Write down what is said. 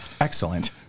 Excellent